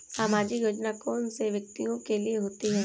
सामाजिक योजना कौन से व्यक्तियों के लिए होती है?